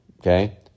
okay